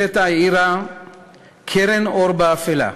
לפתע האירה קרן אור באפלה,